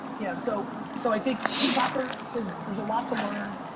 yeah. so so i think soccer is, there's a lot to learn.